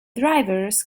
drivers